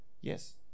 Yes